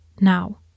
now